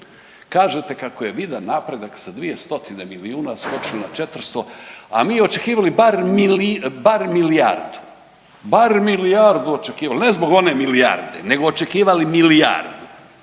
Kažete kako je vidan napredak sa dvije stotine milijuna skočilo na 400, a mi očekivali bar mili, bar milijardu, bar milijardu očekivali, ne zbog one milijarde nego očekivali milijardu